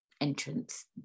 entrance